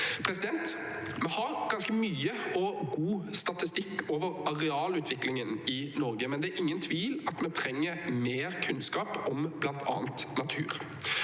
Vi har ganske mye og god statistikk over arealutviklingen i Norge, men det er ingen tvil om at vi trenger mer kunnskap om bl.a. natur.